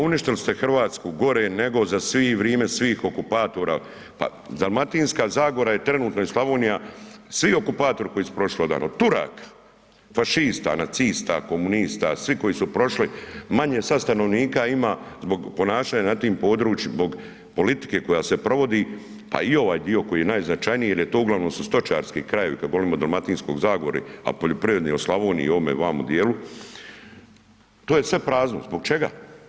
Pa uništili ste Hrvatsku gore nego za vrijeme svih okupatora, pa Dalmatinska zagora je trenutno i Slavonija, svi okupatori koji su prošli odavno, od Turaka, fašista, nacista, komunista, svi koji su prošli, manje sad stanovnika ima zbog ponašanja na tim područjima zbog politike koja se provodi pa i ovaj dio koji je najznačajniji jer uglavnom su stočarski krajevi kad govorimo o Dalmatinskoj zagori a poljoprivredni u Slavoniji i ovome vamo djelu, to je sve prazno, zbog čega?